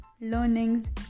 learnings